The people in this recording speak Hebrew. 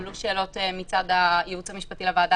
עלו שאלות מצד הייעוץ המשפטי של הוועדה